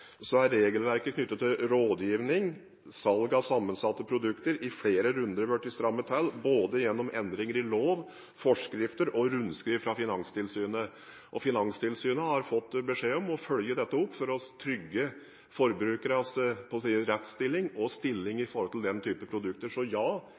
regelverket knyttet til rådgivning og salg av sammensatte produkter i flere runder blitt strammet til gjennom endringer i lov, forskrifter og rundskriv fra Finanstilsynet, og Finanstilsynet har fått beskjed om å følge dette opp for å trygge forbrukernes rettsstilling og stilling